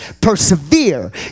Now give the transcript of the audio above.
persevere